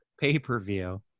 pay-per-view